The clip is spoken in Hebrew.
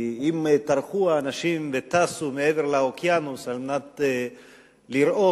כי אם טרחו האנשים וטסו מעבר לאוקיינוס על מנת לראות